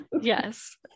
Yes